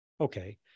Okay